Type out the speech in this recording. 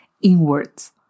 inwards